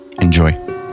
enjoy